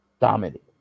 dominated